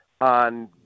on